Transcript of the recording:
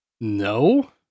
No